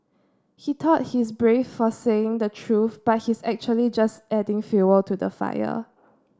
he thought he's brave for saying the truth but he's actually just adding fuel to the fire